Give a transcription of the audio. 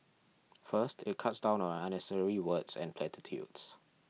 first it cuts down on unnecessary words and platitudes